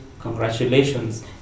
Congratulations